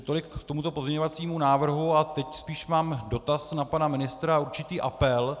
Tolik k tomuto pozměňovacímu návrhu a teď spíš mám dotaz na pana ministra a určitý apel.